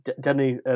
Danny